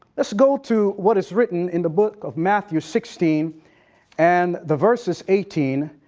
let's go to what is written in the book of matthew sixteen and the verse is eighteen,